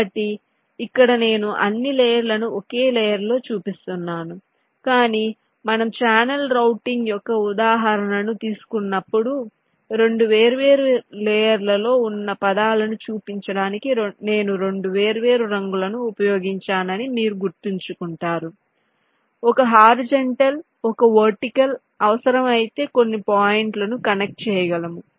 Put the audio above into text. కాబట్టి ఇక్కడ నేను అన్ని లేయర్ లను ఒకే లేయర్లో చూపిస్తున్నాను కాని మేము ఛానెల్ రౌటింగ్ యొక్క ఉదాహరణను తీసుకున్నప్పుడు 2 వేర్వేరు లేయర్లలో వున్న పదాలను చూపించడానికి నేను 2 వేర్వేరు రంగులను ఉపయోగించానని మీరు గుర్తుంచుకుంటారు ఒక హారిజాంటల్ ఒక వర్టికల్ అవసరమైతే కొన్ని పాయింట్లు ను కనెక్ట్ చేయగలము